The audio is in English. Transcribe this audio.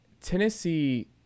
Tennessee